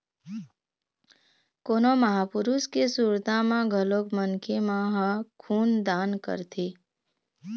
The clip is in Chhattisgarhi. कोनो महापुरुष के सुरता म घलोक मनखे मन ह खून दान करथे